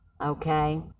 Okay